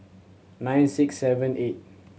nine six seven eight